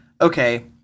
okay